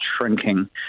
shrinking